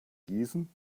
gießen